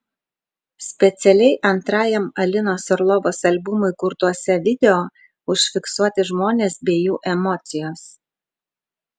specialiai antrajam alinos orlovos albumui kurtuose video užfiksuoti žmones bei jų emocijos